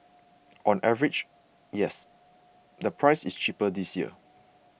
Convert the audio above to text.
on average yes the price is cheaper this year